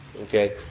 Okay